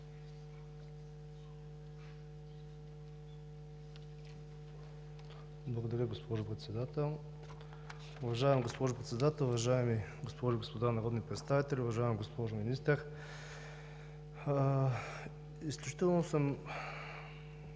Благодаря, госпожо Председател. Уважаема госпожо Председател, уважаеми госпожи и господа народни представители! Уважаема госпожо Министър, изключително съм